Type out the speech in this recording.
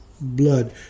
blood